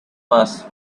mars